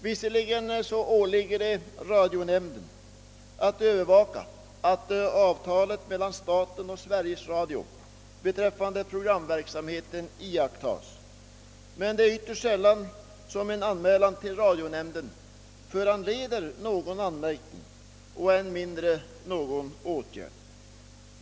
Visserligen åligger det radionämnden att övervaka att avtalet mellan staten och Sveriges Radio beträffande programverksamheten iakttas, men det är ytterst sällan som en anmälan till radionämnden föranleder någon anmärkning och än mindre någon åtgärd.